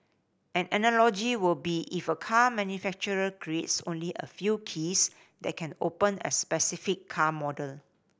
an analogy will be if a car manufacturer creates only a few keys that can open a specific car model